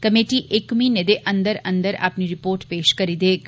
committee इक म्हीने दे अंदर अंदर अपनी रिपोर्ट पेश करी देग